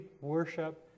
worship